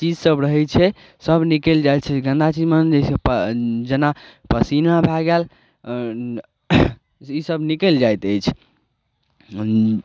चीज सब रहै छै सब निकैल जाइ छै जेना छै मानि लिअ जेना पसीना भए गैल इसब निकैल जाइत अछि